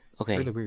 okay